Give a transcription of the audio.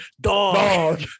dog